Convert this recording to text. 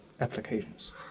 applications